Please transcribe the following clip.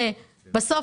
שבסוף,